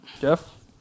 Jeff